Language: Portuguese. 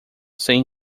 sem